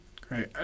Great